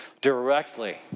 directly